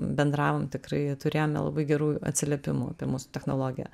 bendravom tikrai turėjome labai gerų atsiliepimų apie mūsų technologiją